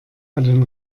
allen